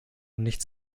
nichts